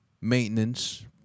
maintenance